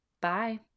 Bye